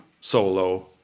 solo